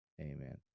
Amen